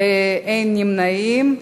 אין נמנעים.